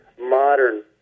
modern